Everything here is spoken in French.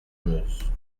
meuse